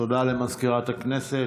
תודה למזכירת הכנסת.